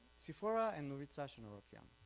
ziphora and nouritza shnorhokian,